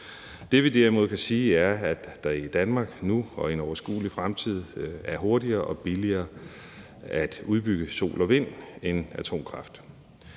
Det, vi derimod kan sige, er, at det i Danmark nu og i en overskuelig fremtid er hurtigere og billigere at udbygge sol og vind end atomkraft.